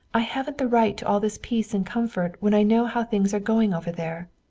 i haven't the right to all this peace and comfort when i know how things are going over there.